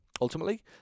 Ultimately